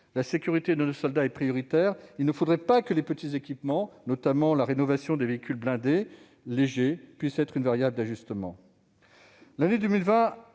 La sécurité de nos soldats est prioritaire. Il ne faudrait pas que les petits équipements, notamment la rénovation des véhicules blindés légers, puissent être une variable d'ajustement. L'année 2020